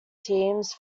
teams